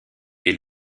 est